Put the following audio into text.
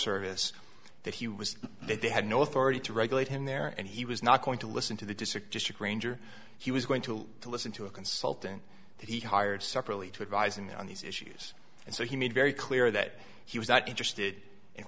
service that he was there they had no authority to regulate him there and he was not going to listen to the district district ranger he was going to listen to a consultant that he hired separately to advising them on these issues and so he made very clear that he was not interested in